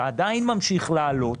אתה עדיין ממשיך לעלות.